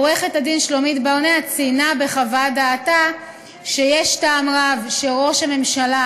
עורכת-הדין שלומית ברנע ציינה בחוות דעתה שיש טעם רב שראש הממשלה,